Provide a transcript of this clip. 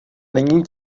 není